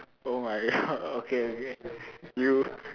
oh my god okay okay you